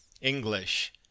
English